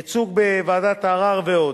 ייצוג בוועדת הערר ועוד.